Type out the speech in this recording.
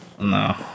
No